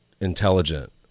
intelligent